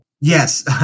Yes